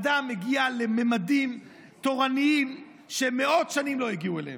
אדם מגיע לממדים תורניים שמאות שנים לא הגיעו אליהם.